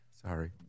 Sorry